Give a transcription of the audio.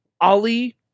Ali